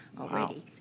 already